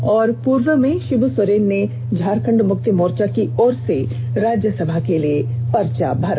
और पूर्व में षिब् सोरेन ने झारखंड मुक्ति मोर्चा की ओर से राज्यसभा के लिए पर्चा भरा